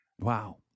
Wow